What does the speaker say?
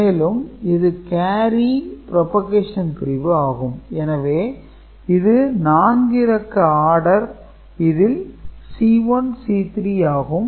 மேலும் இது carry 'Propagation' பிரிவு ஆகும் எனவே இது 4 இலக்க ஆடர் இதில் C1 C3 கேரி ஆகும்